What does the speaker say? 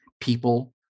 people